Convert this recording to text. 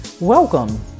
Welcome